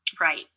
Right